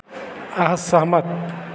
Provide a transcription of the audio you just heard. असहमत